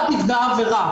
הצהרת נפגע עבירה.